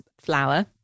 flour